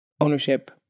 ownership